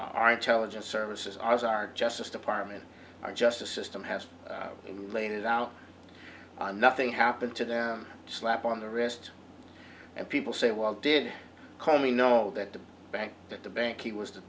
our intelligence services ours our justice department our justice system has laid it out nothing happened to them slap on the wrist and people say well did call me know that the bank that the bank he was the